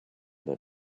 that